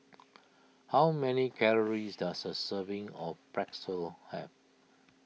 how many calories does a serving of Pretzel have